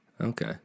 Okay